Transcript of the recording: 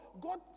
God